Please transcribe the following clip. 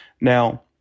Now